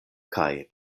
kaj